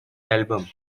album